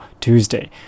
Tuesday